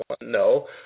no